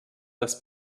dass